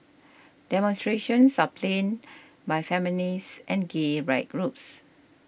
demonstrations are planned by feminist and gay rights groups